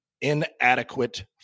inadequate